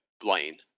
Blaine